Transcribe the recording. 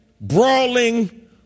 brawling